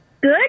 good